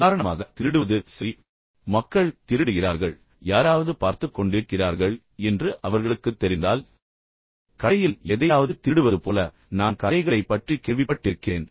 உதாரணமாக திருடுவது சரி எனவே மக்கள் திருடுகிறார்கள் ஆனால் யாராவது பார்த்துக் கொண்டிருக்கிறார்கள் என்று என்று அவர்களுக்குத் தெரிந்தால் கடையில் எதையாவது திருடுவது போல நான் கடைகளைப் பற்றி கேள்விப்பட்டிருக்கிறேன்